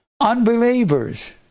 unbelievers